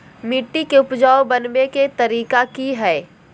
मिट्टी के उपजाऊ बनबे के तरिका की हेय?